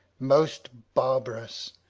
most barbarous,